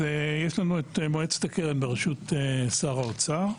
יש את מועצת הקרן בראשות שר האוצר.